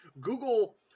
Google